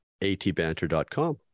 atbanter.com